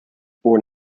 born